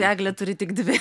eglė turi tik dvi